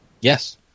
Yes